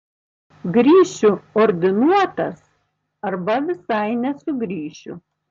grįšiu ordinuotas arba visai nesugrįšiu